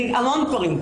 המון דברים,